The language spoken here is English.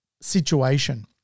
situation